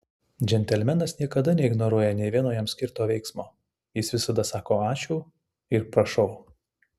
džentelmenas niekada neignoruoja nė vieno jam skirto veiksmo jis visada sako ačiū ir prašau